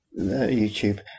YouTube